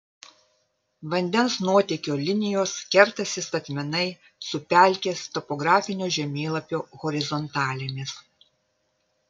vandens nuotėkio linijos kertasi statmenai su pelkės topografinio žemėlapio horizontalėmis